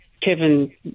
Kevin